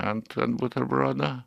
ant ant buterbrodo